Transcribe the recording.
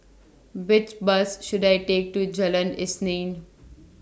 Which Bus should I Take to Jalan Isnin